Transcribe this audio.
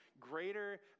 greater